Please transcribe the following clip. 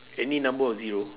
any number of zero